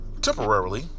temporarily